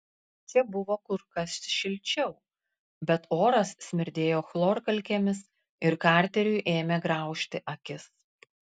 čia buvo kur kas šilčiau bet oras smirdėjo chlorkalkėmis ir karteriui ėmė graužti akis